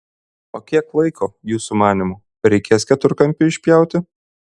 o kiek laiko jūsų manymu reikės keturkampiui išpjauti